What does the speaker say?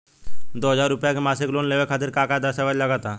दो हज़ार रुपया के मासिक लोन लेवे खातिर का का दस्तावेजऽ लग त?